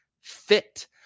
fit